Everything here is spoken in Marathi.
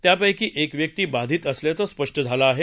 त्यापैकी एक व्यक्ती बाधित असल्याचं स्पष्ट झालं आहे